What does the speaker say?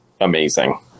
amazing